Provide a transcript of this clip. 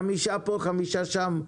חמישה פה וחמישה שם,